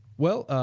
well,